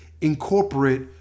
incorporate